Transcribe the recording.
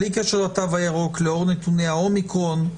בלי קשר לתו הירוק, לאור נתוני האומיקרון.